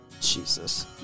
Jesus